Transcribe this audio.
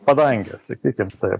padangę sakykim taip